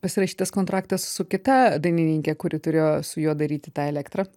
pasirašytas kontraktas su kita dainininke kuri turėjo su juo daryti tą elektrą